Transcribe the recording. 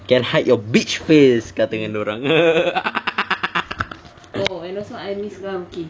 can hide your bitch face kata dengan dia orang